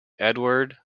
edward